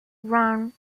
run